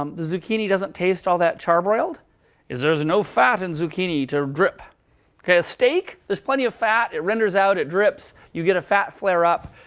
um the zucchini doesn't taste all that charbroiled is there's no fat in zucchini to drip. a kind of steak, there's plenty of fat. it renders out, it drips, you get a fat flareup.